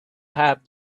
have